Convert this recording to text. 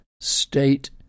state